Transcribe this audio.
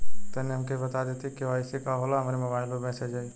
तनि हमके इ बता दीं की के.वाइ.सी का होला हमरे मोबाइल पर मैसेज आई?